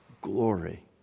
Glory